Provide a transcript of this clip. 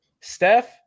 Steph